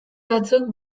batzuk